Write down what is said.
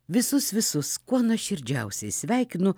visus visus kuo nuoširdžiausiai sveikinu